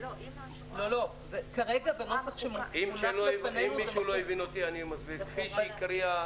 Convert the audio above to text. כרגע, בנוסח שמונח לפנינו --- כפי שהקריאה